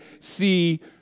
see